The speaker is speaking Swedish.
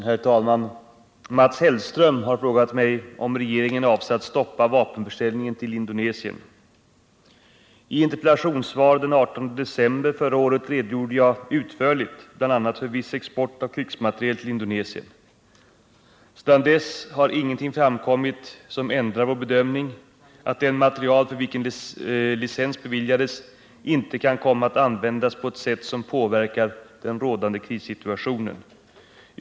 Herr talman! Mats Hellström har frågat mig om regeringen avser att stoppa vapenförsäljningen till Indonesien. I interpellationssvar den 18 december förra året redogjorde jag utförligt bl.a. för viss export av krigsmateriel till Indonesien. Sedan dess har ingenting framkommit som ändrar vår bedömning att den materiel för vilken licens beviljades inte kan komma att användas på ett sätt som påverkar den rådande krissituationen.